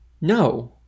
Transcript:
No